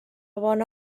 bona